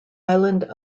island